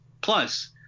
Plus